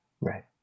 Right